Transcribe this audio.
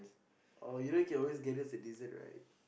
oh you know you can always get us a dessert right